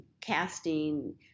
casting